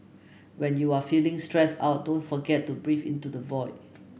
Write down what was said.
when you are feeling stressed out don't forget to breathe into the void